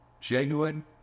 genuine